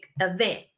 event